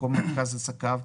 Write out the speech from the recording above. מקום מרכז עסקיו,